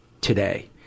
today